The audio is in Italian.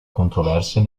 controversia